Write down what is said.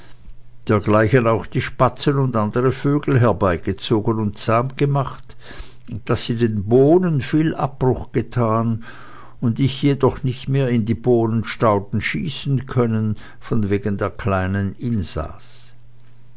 dergleichen auch die spatzen und andere vögel herbeygezogen und zahm gemacht daß die den bohnen viel abbruch gethan und ich jedoch nicht mehr in die bohnenstauden schießen können von wegen der kleinen